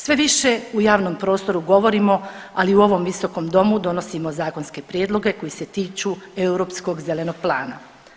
Sve više u javnom prostoru govorimo, ali i u ovom Visokom domu donosimo zakonske prijedloge koji se tiču europskog zelenog plana.